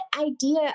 idea